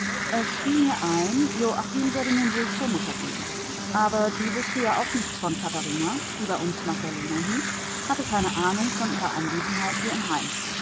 es fiel mir ein joachim werde nun wohl zur mutter gehen aber die wußte ja auch nichts von katharina die bei uns magdalena hieß hatte keine ahnung von ihrer anwesenheit hier im heim